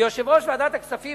ויושב-ראש ועדת הכספים,